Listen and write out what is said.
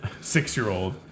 six-year-old